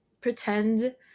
pretend